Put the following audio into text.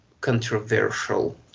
controversial